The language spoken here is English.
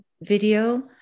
video